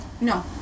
No